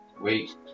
Wait